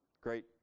great